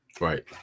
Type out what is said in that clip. Right